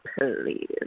please